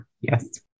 yes